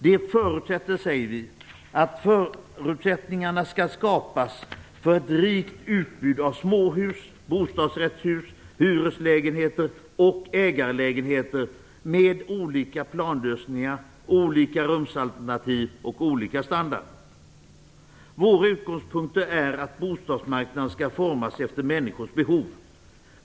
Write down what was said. Det förutsätter att förutsättningar skall skapas för ett rikt utbud av småhus, bostadsrätter, hyreslägenheter och ägarlägenheter med olika planlösningar, olika rumsalternativ och olika standard. Våra utgångspunkter är att bostadsmarknaden skall formas efter människornas behov.